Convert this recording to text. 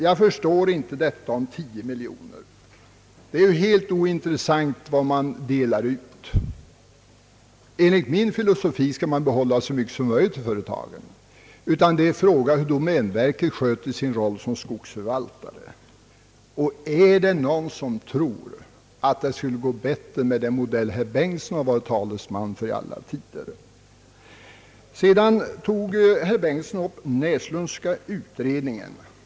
Jag förstår inte detta tal om tio miljoner. Det är ju ganska ointressant vad man delar ut. Enligt min filosofi skall man behålla så mycket som möjligt i företagen. Det är i stället fråga om hur domänverket sköter sin roll som skogsförvaltare. Är det någon som tror att det skulle gå bättre med den modell som herr Bengtson varit talesman för i alla tider? Sedan tog herr Bengtson upp den Näslundska utredningen.